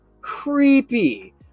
Creepy